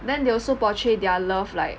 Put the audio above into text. then they also portray their love like